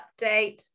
update